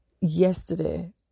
Yesterday